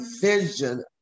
vision